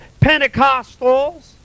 Pentecostals